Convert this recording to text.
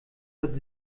hat